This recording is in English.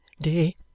day